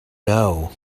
know